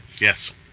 yes